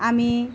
আমি